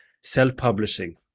self-publishing